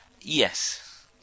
Yes